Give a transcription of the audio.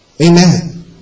Amen